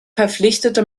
verpflichtete